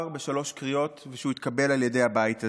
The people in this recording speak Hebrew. בשלוש קריאות וכשהוא מתקבל על ידי הבית הזה.